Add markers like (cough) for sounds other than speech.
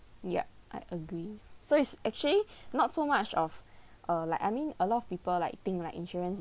yup I agree so it's actually (breath) not so much of uh like I mean a lot of people like think like insurance